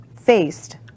faced